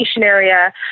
Area